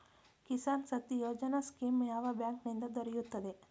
Kisan Shakti Yojana scheme ಯಾವ bank ನಿಂದ ದೊರೆಯುತ್ತದೆ?